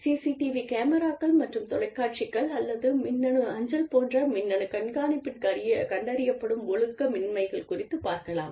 CCTV கேமராக்கள் மற்றும் தொலைக்காட்சிகள் அல்லது மின்னணு அஞ்சல் போன்ற மின்னணு கண்காணிப்பின் கண்டறியப்படும் ஒழுக்கமின்மைகள் குறித்துப் பார்க்கலாம்